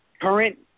Current